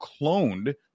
cloned